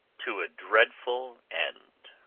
to a dreadful end.